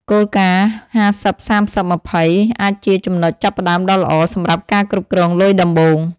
គោលការណ៍ 50/30/20 អាចជាចំណុចចាប់ផ្តើមដ៏ល្អ សម្រាប់ការគ្រប់គ្រងលុយដំបូង។